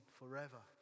forever